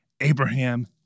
Abraham